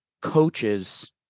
coaches